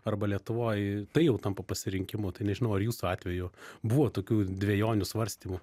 arba lietuvoje tai jau tampa pasirinkimu tai nežinau ar jūsų atveju buvo tokių dvejonių svarstymų